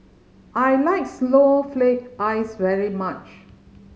I like snowflake ice very much